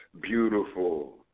Beautiful